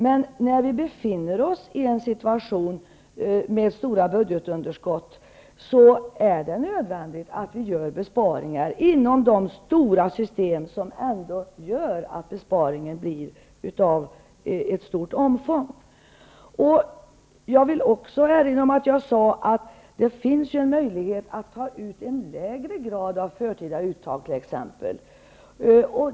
Men när vi befinner oss i en situation med stora budgetunderskott, är det nödvändigt att vi gör besparingar inom stora system, så att besparingarna blir av stort omfång. Jag vill också erinra om att jag sade att det finns möjlighet att ta en lägre grad av förtida uttag.